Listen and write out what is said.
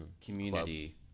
community